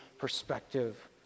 perspective